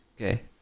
Okay